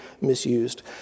misused